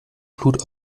blut